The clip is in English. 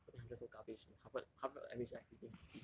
fourteen hundred so garbage in harvard harvard average like fifteen fifty